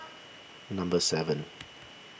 number seven